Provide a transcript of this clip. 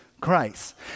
Christ